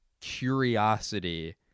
curiosity